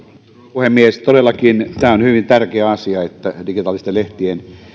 puhemies todellakin tämä on hyvin tärkeä asia että digitaalisten lehtien